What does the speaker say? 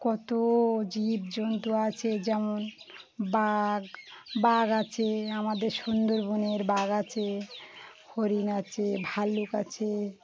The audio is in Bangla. কত জীব জন্তু আছে যেমন বাঘ বাঘ আছে আমাদের সুন্দরবনের বাঘ আছে হরিণ আছে ভাল্লুক আছে